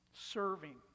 serving